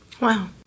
Wow